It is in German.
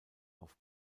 auf